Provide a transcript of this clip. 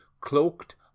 cloaked